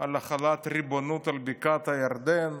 על החלת ריבונות על בקעת הירדן.